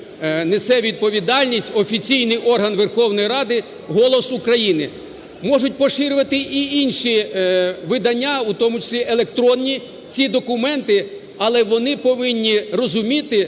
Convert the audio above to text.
несе відповідальність офіційний орган Верховної Ради "Голос України". Можуть поширювати і інші видання, в тому числі електронні, ці документи, але вони повинні розуміти,